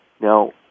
Now